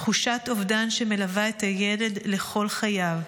תחושת אובדן שמלווה את הילד לכל חייו.